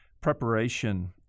preparation